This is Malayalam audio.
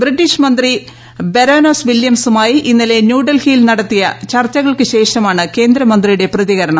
ബ്രിട്ടീഷ് മന്ത്രി ബരോനസ് വില്യംസുമായി ഇന്നലെ ന്യൂഡൽഹിയിൽ നടത്തിയ ചർച്ചകൾക്ക് ശേഷമാണ് കേന്ദ്രമന്ത്രിയുടെ പ്രതികരണം